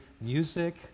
music